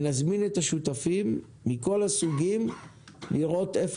ונזמין את השותפים מכל הסוגים לראות איפה